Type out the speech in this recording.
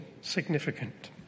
significant